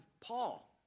Paul